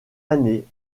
année